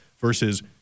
versus